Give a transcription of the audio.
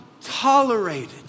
tolerated